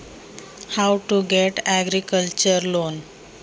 कृषी कर्ज कसे मिळवायचे?